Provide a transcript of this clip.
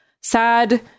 sad